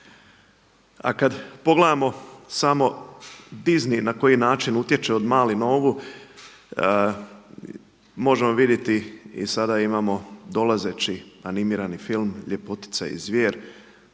A kada pogledamo samo Disney utječe od malih nogu, možemo vidjeti i sada imamo dolazeći animirani film Ljepotica i Zvijer